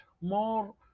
more